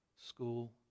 school